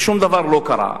ושום דבר לא קרה.